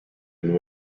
and